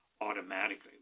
automatically